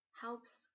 helps